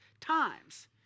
times